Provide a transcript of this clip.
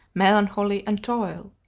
melancholy, and toil.